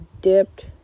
dipped